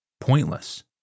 pointless